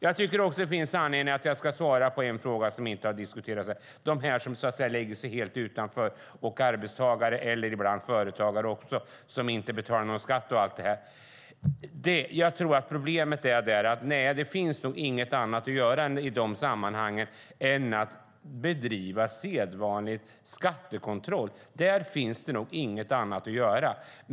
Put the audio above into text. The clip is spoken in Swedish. Jag tycker att det finns anledning att svara på en fråga som inte har diskuterats, om dem som lägger sig helt utanför, arbetstagare och ibland också företagare, som inte betalar någon skatt. Problemet där tror jag är att det i de sammanhangen inte finns något annat att göra än att bedriva sedvanlig skattekontroll. Där finns det nog inget annat att göra.